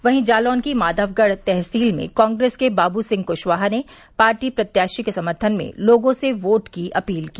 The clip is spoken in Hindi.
वहीं जालौन के माधवगढ़ तहसील में कांग्रेस के बाबूसिंह क्शवाहा ने पार्टी प्रत्याशी के समर्थन में लोगों से वोट की अपील की